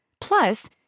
Plus